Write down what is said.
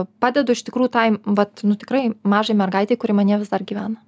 padedu iš tikrųjų tai vat nu tikrai mažai mergaitei kuri manyje vis dar gyvena